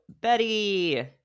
Betty